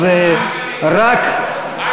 רק הליכוד יכול.